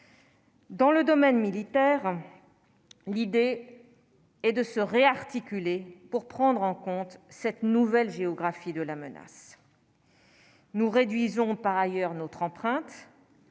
dans le domaine militaire, l'idée est de se réarticuler pour prendre en compte cette nouvelle géographie de la menace, nous réduisons par ailleurs notre empreinte